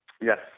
yes